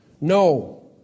No